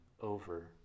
over